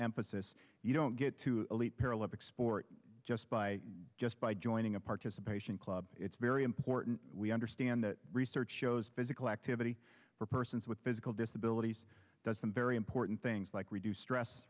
emphasis you don't get to elite paralympic sport just by just by joining a participation club it's very important we understand that research shows physical activity for persons with physical disabilities does some very important things like reduce stress